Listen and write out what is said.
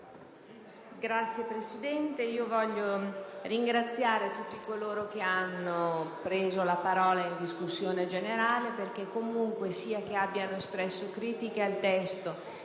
Signora Presidente, desidero ringraziare tutti coloro che hanno preso la parola in sede di discussione generale perché comunque, sia che abbiano espresso critiche al testo,